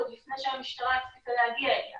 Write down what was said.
עוד לפני שהמשטרה הספיקה להגיע אליו